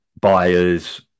buyers